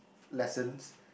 lessons